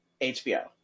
HBO